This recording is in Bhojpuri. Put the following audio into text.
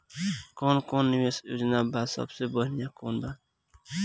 कवन कवन निवेस योजना बा और सबसे बनिहा कवन बा?